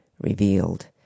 Revealed